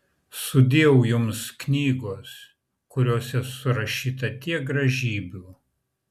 sudieu jums knygos kuriose surašyta tiek gražybių